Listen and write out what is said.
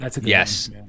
Yes